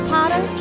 Potter